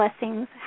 blessings